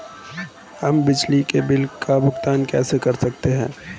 हम बिजली के बिल का भुगतान कैसे कर सकते हैं?